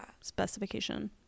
specification